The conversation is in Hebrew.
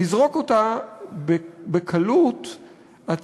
לזרוק את זה בקלות הצדה,